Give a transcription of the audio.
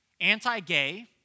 anti-gay